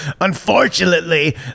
unfortunately